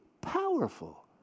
powerful